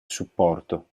supporto